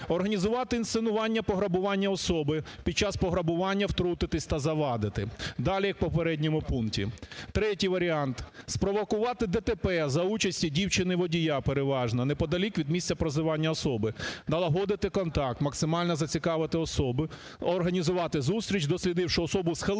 організувати інсценування пограбування особи, під час пограбування втрутитись та завадити, далі – як в попередньому пункті. Третій варіант: спровокувати ДТП за участі дівчини-водія переважно неподалік від місця проживання особи, налагодити контакт, максимально зацікавити особу, організувати зустріч; дослідивши особу, схилити